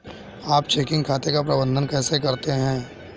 आप चेकिंग खाते का प्रबंधन कैसे करते हैं?